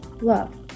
Love